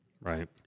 right